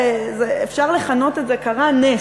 אפשר לכנות את זה: קרה נס,